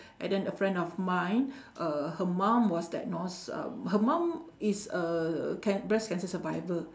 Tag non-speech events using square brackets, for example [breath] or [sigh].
[breath] and then a friend of mine [breath] uh her mum was diagnosed um her mum is a can~ breast cancer survivor